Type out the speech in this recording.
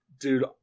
Dude